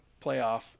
Playoff